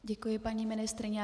Děkuji, paní ministryně.